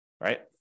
right